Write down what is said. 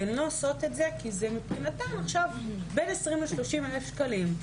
הן לא עושות את זה כי זה מבחינתן עכשיו בין 20 ל-30 אלף שקלים.